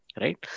right